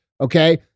Okay